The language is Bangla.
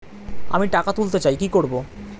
আমি টাকা তুলতে চাই কি করব?